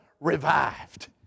revived